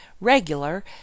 regular